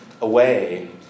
away